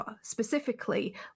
specifically